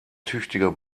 tüchtiger